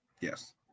Yes